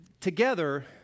together